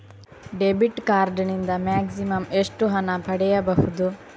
Debit card ನಿಂದ maximum ಎಷ್ಟು ಹಣ ಪಡೆಯಬಹುದು?